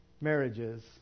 marriages